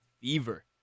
fever